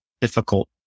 difficult